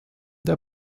der